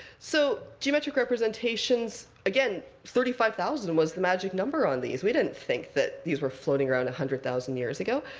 so geometric representations again, thirty five thousand was the magic number on these. we didn't think that these were floating around one hundred thousand years ago.